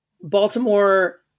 Baltimore